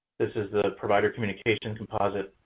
this is the provider communication composite.